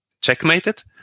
checkmated